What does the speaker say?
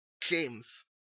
James